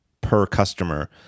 per-customer